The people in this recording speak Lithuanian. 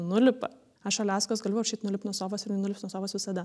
nulipa aš aliaskos galiu paprašyt nulipt nuo sofos ir ji nulips nuo sofos visada